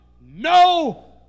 no